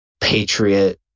patriot